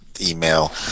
email